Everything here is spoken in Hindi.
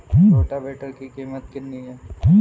रोटावेटर की कीमत कितनी है?